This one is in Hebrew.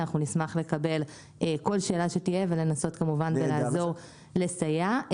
אנחנו נשמח לקבל כל שאלה שתהיה ולנסות כמובן לעזור לסייע.